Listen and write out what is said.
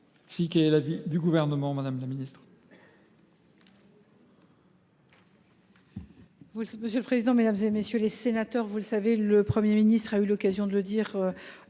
Merci,